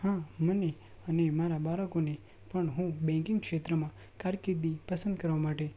હા મને અને મારા બાળકોને પણ હુ બેંકિંગ ક્ષેત્રમાં કારકિર્દી પસંદ કરવા માટે